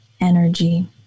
energy